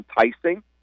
enticing